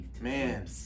Man